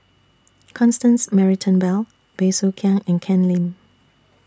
Constance Mary Turnbull Bey Soo Khiang and Ken Lim